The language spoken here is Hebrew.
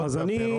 את הפירות?